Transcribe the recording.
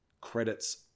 credits